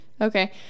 Okay